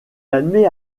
admet